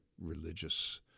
religious